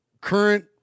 current